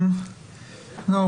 אני מתכבד לפתוח את הישיבה.